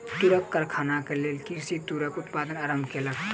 तूरक कारखानाक लेल कृषक तूरक उत्पादन आरम्भ केलक